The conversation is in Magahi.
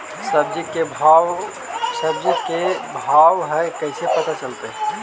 सब्जी के का भाव है कैसे पता चलतै?